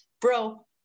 bro